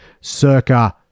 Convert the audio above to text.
circa